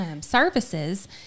services